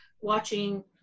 Watching